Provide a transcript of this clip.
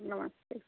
नमस्ते